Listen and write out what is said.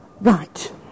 Right